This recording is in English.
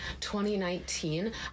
2019